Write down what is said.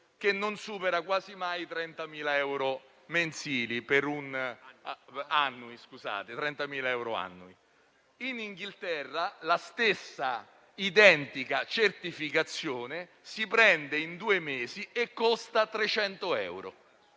che non supera quasi mai i 30.000 euro annui. In Inghilterra, la stessa identica certificazione si prende in due mesi e costa 300 euro.